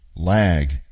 lag